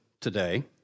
today